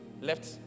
left